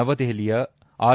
ನವದೆಹಲಿಯ ಆರ್